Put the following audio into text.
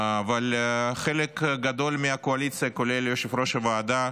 אבל חלק גדול מהקואליציה, כולל יושב-ראש הוועדה,